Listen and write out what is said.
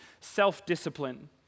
self-discipline